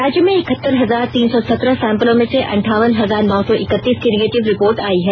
राज्य में इकहतर हजार तीन सौ सत्रह सैंपलों में से अंठावन हजार नौ सौ इकतीस की निगेटिव रिपोर्ट आई है